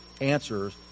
answers